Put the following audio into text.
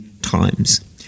times